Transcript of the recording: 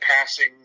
passing